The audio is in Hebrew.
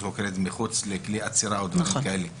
מחוץ לכלי אצירה העבירות האלה קיימות.